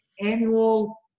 annual